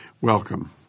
Welcome